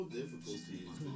difficulties